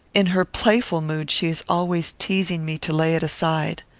in her playful mood, she is always teasing me to lay it aside.